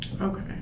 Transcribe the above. Okay